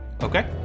okay